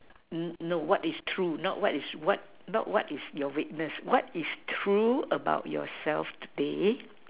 no what is true not what is what not what is your weakness what is true about yourself today